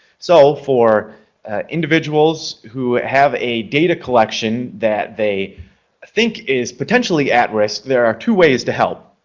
so for individuals who have a data collection that they think is potentially at risk, there are two ways to help.